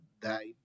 die